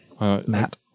Matt